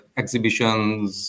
exhibitions